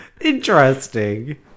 Interesting